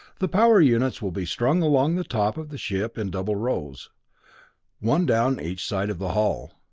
the power units will be strung along the top of the ship in double rows one down each side of the hull.